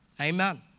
Amen